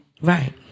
Right